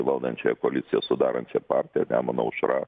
valdančiąją koaliciją sudarančia partija nemuno aušra